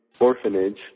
orphanage